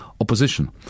opposition